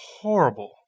horrible